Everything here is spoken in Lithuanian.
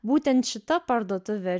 būtent šita parduotuvė